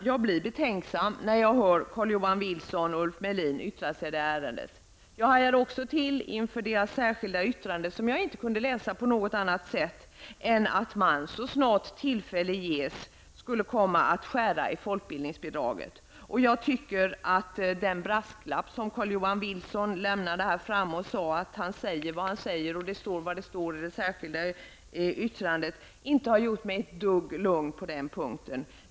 Jag blir dock betänksam när jag hör Jag hajade också till inför det särskilda yttrandet som jag inte kunde läsa på något annat sätt än att man, så snart tillfälle ges, skall skära i folkbildningsbidraget. Den brasklapp som Carl Johan Wilson lämnade här framme, när han sade att han säger vad han säger och det står vad det står i det särskilda yttrandet, inte har gjort mig lugn på den punkten.